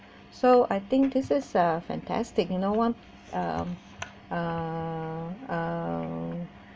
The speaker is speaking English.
I think this is a fantastic you know one um um uh uh